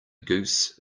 goose